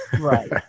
right